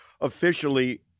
officially